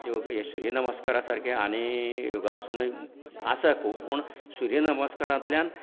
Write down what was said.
ह्या सूर्य नमस्कारां सारके आनी योगासनां आसा खूब पूण सूर्य नमस्कारांतल्यान